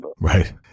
Right